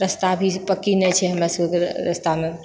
रस्ता भी पक्की नहि छै हमरा सबकेँ रस्तामे